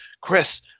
Chris